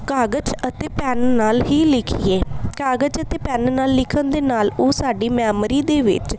ਕਾਗਜ਼ ਅਤੇ ਪੈਨ ਨਾਲ ਹੀ ਲਿਖੀਏ ਕਾਗਜ਼ ਅਤੇ ਪੈਨ ਨਾਲ ਲਿਖਣ ਦੇ ਨਾਲ ਉਹ ਸਾਡੀ ਮੈਮਰੀ ਦੇ ਵਿੱਚ